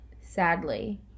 Sadly